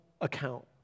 account